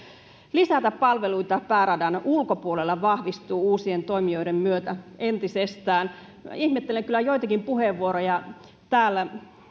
lisätä palveluita pääradan ulkopuolella vahvistuvat uusien toimijoiden myötä entisestään ihmettelen kyllä joitakin puheenvuoroja täällä